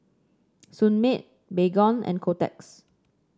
Sunmaid Baygon and Kotex